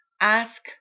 ask